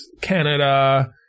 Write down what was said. Canada